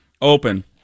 open